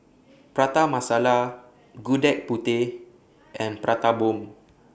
Prata Masala Gudeg Putih and Prata Bomb